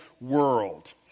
world